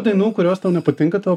dainų kurios tau nepatinka tau